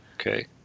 Okay